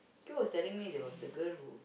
you was telling me there was the girl who